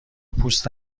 پوست